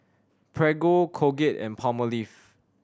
Prego Colgate and Palmolive